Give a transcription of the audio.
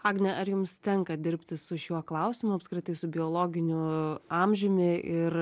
agne ar jums tenka dirbti su šiuo klausimu apskritai su biologiniu amžiumi ir